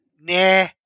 nah